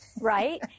right